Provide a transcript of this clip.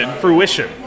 fruition